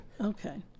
Okay